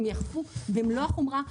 הם ייאכפו במלוא החומרה.